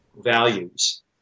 values